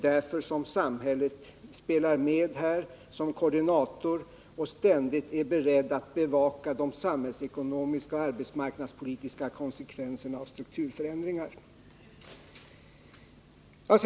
Därför spelar samhället med här såsom koordinator och är ständigt berett att bevaka de samhällsekonomiska och arbetsmarknadspolitiska konsekvenserna av strukturförändringarna.